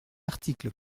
article